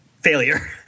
failure